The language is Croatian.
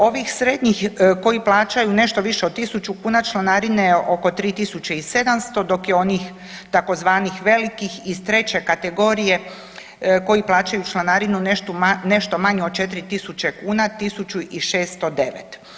Ovih srednjih koji plaćaju nešto više od 1.000 kuna članarine je oko 3.700 dok je onih tzv. velikih iz treće kategorije koji plaćaju članarinu nešto manje od 4.000 kuna 1.609.